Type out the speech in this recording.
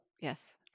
Yes